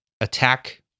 attack